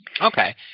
Okay